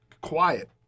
quiet